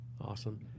awesome